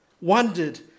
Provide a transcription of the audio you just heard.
wondered